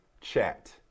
chat